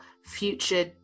future